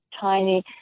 tiny